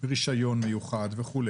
רישיון מיוחד וכו',